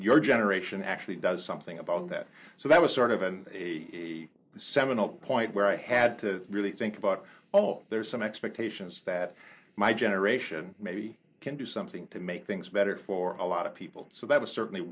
your generation actually does something about that so that was sort of an a seminal point where i had to really think about oh there's some expectations that my generation maybe can do something to make things better for a lot of people so that was certainly